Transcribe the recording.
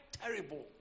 terrible